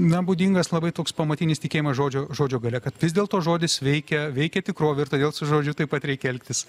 na būdingas labai toks pamatinis tikėjimas žodžio žodžio galia kad vis dėlto žodis veikia veikia tikrovę ir todėl su žodžiu taip pat reikia elgtis